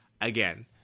again